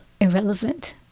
irrelevant